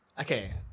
Okay